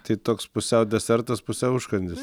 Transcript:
tai toks pusiau desertas pusiau užkandis